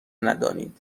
ندانید